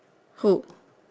who